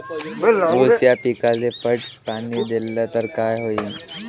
ऊस या पिकाले पट पाणी देल्ल तर काय होईन?